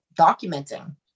documenting